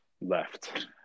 left